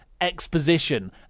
exposition